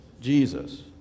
Jesus